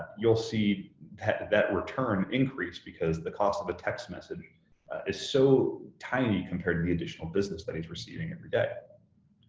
you'll see that return increase because the cost of a text message is so tiny compared to the additional business that he's receiving every day.